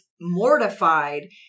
Mortified